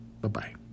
Bye-bye